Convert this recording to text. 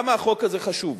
למה החוק הזה חשוב?